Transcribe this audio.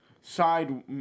side